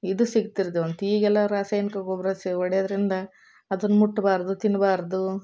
ಇದು ಸಿಗ್ತಿರುದ್ವೆಂತೆ ಈಗೆಲ್ಲ ರಾಸಾಯನಿಕ ಗೊಬ್ಬರ ಸ್ ಹೊಡ್ಯೋದ್ರಿಂದ ಅದನ್ನ ಮುಟ್ಟಬಾರ್ದು ತಿನ್ನಬಾರ್ದು